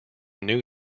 new